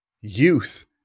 youth